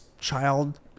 child